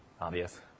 obvious